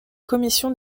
commission